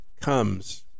comes